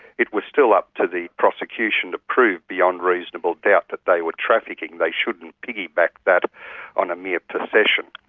it was still up to the prosecution to prove beyond reasonable doubt that they were trafficking. they shouldn't piggyback that on a mere possession.